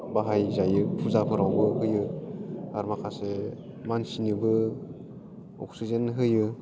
बाहाय जायो फुजाफोरावबो होयो आरो माखासे मानसिनोबो अक्सिजेन होयो